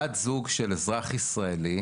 בת זוג של אזרח ישראלי,